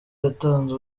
yatanze